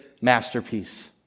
masterpiece